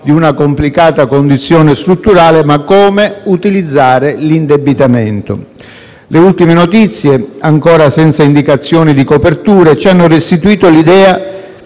di una complicata condizione strutturale, ma come utilizzare l'indebitamento. Le ultime notizie, ancora senza indicazioni di coperture, ci hanno restituito l'idea